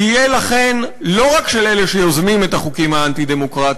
תהיה לכן לא רק של אלה שיוזמים את החוקים האנטי-דמוקרטיים,